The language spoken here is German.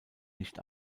nicht